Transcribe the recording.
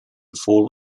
fall